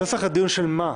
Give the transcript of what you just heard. נוסח הדיון של מה?